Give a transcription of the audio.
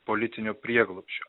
politinio prieglobsčio